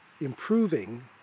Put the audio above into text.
Improving